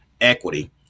equity